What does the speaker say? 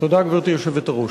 תודה, גברתי היושבת-ראש.